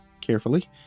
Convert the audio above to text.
carefully